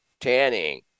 tanning